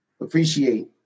appreciate